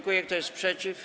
Kto jest przeciw?